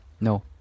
No